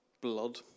blood